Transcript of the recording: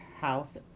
house